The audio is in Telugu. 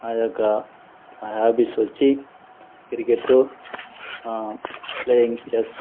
నా యొక్క నా హాబీస్ వచ్చి క్రికెట్టు ప్లేయింగ్ చెస్